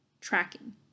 Tracking